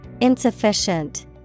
Insufficient